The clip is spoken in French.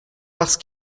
parce